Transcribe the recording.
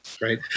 right